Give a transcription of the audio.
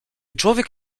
człowiek